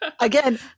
Again